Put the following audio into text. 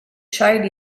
child